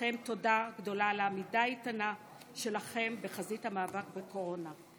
תודה גדולה על העמידה האיתנה שלכם בחזית המאבק בקורונה.